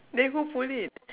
then who pull it